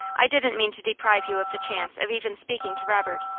i didn't mean to deprive you of the chance of even speaking to robert.